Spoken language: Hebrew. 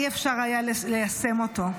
לא היה אפשר ליישם אותו.